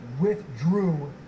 withdrew